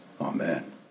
Amen